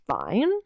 fine